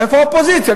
איפה האופוזיציה?